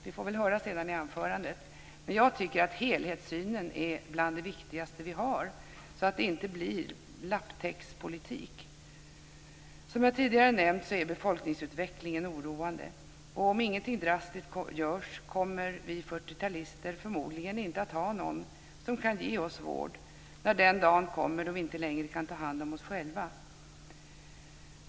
Vi får väl höra senare i anförandet. Jag tycker att helhetssynen är bland det viktigaste vi har, så att det inte blir lapptäckespolitik. Som jag tidigare nämnt är befolkningsutvecklingen oroande. Om inget drastiskt görs kommer vi fyrtiotalister förmodligen inte att ha någon som kan ge oss vård när den dagen kommer då vi inte längre kan ta hand om oss själva.